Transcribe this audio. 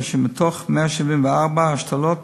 כאשר מתוך 174 השתלות,